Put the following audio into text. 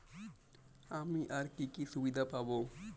আমি আর কি কি সুবিধা পাব?